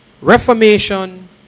reformation